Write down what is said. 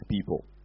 people